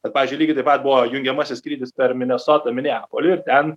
bet pavyzdžiui lygiai taip pat buvo jungiamasis skrydis per minesotą mineapolį ir ten